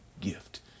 gift